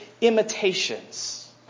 imitations